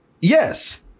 Yes